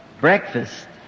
breakfast